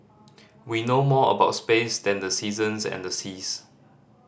we know more about space than the seasons and the seas